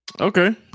Okay